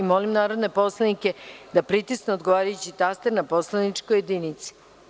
Molim narodne poslanike da pritisnu odgovarajući taster na poslaničkoj jedinici.